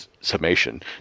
summation